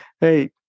Hey